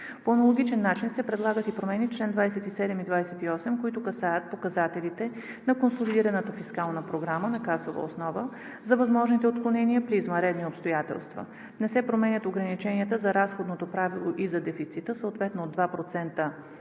По аналогичен начин се предлагат и промени в чл. 27 и 28, които касаят показателите на консолидираната фискална програма – на касова основа, за възможните отклонения при извънредни обстоятелства. Не се променят ограниченията за разходното правило и за дефицита, съответно от 2%